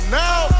now